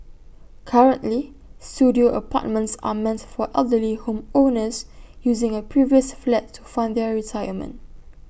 currently Studio apartments are meant for elderly home owners using A previous flat to fund their retirement